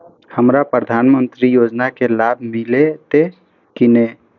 हमरा प्रधानमंत्री योजना के लाभ मिलते की ने?